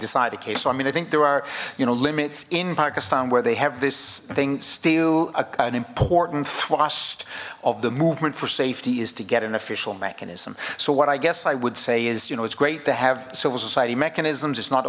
decide a case so i mean i think there are you know limits in pakistan where they have this thing still a important thrust of the movement for safety is to get an official mechanism so what i guess i would say is you know it's great to have civil society mechanisms it's not